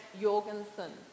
Jorgensen